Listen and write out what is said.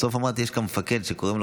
בסוף אמרתי שיש כאן מפקד שקוראים לו